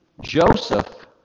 Joseph